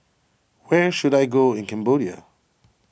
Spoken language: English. where should I go in Cambodia